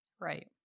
Right